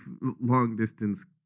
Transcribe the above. long-distance